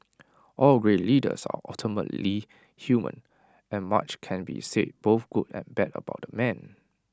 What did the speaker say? all great leaders are ultimately human and much can be said both good and bad about the man